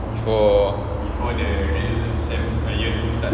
before